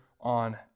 on